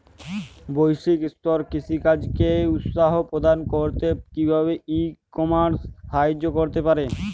বৈষয়িক স্তরে কৃষিকাজকে উৎসাহ প্রদান করতে কিভাবে ই কমার্স সাহায্য করতে পারে?